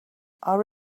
our